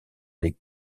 les